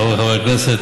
חבריי חברי הכנסת,